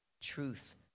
truth